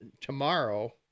tomorrow